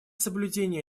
соблюдение